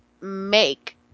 make